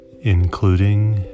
including